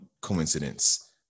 coincidence